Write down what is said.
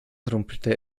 rumpelte